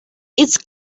its